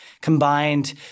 combined